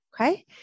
Okay